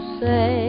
say